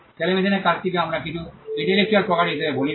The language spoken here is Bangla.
সেলাই মেশিনের কাজটিকে আমরা কিছু ইন্টেলেকচুয়াল প্রপার্টি হিসাবে বলি না